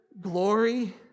glory